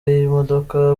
y’imodoka